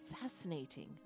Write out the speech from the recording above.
Fascinating